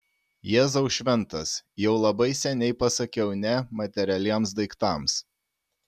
jėzau šventas jau labai seniai pasakiau ne materialiems daiktams